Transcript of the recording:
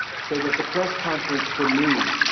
so that the press conference, for me,